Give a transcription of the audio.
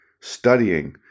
studying